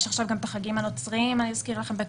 יש עכשיו את החגים הנוצריים בדצמבר.